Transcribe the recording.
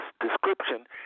description